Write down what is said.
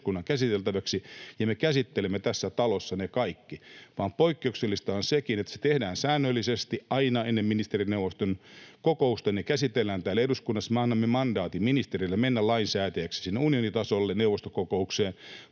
eduskunnan käsiteltäviksi, ja me käsittelemme tässä talossa ne kaikki. Ja poikkeuksellista on sekin, että se tehdään säännöllisesti aina ennen ministerineuvoston kokousta. Ne käsitellään täällä eduskunnassa, me annamme mandaatin ministerille mennä lainsäätäjäksi sinne unionitasolle neuvostokokoukseen.